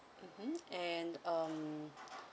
mmhmm and um